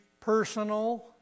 personal